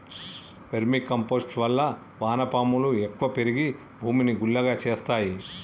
vermi compost వల్ల వాన పాములు ఎక్కువ పెరిగి భూమిని గుల్లగా చేస్తాయి